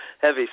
heavy